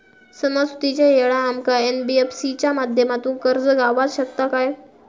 सणासुदीच्या वेळा आमका एन.बी.एफ.सी च्या माध्यमातून कर्ज गावात शकता काय?